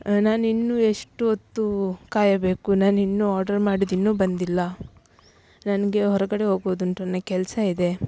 ನಾನಿನ್ನು ಎಷ್ಟು ಹೊತ್ತು ಕಾಯಬೇಕು ನಾನಿನ್ನು ಆರ್ಡರ್ ಮಾಡಿದ್ದಿನ್ನು ಬಂದಿಲ್ಲ ನನಗೆ ಹೊರಗಡೆ ಹೋಗೋದುಂಟು ನನಗೆ ಕೆಲಸ ಇದೆ